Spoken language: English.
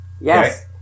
Yes